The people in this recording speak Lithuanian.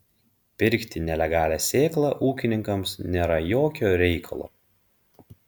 pirkti nelegalią sėklą ūkininkams nėra jokio reikalo